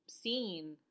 seen